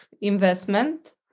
investment